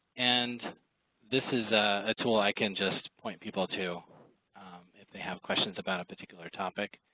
and this is a tool i can just point people to if they have questions about a particular topic.